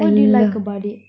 what do you like about it